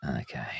Okay